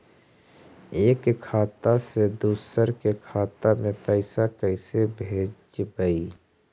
एक खाता से दुसर के खाता में पैसा कैसे भेजबइ?